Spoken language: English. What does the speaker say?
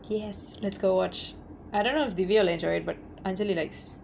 yes let's go watch I don't know if devia will enjoy it but anjali likes